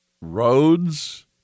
roads